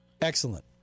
Excellent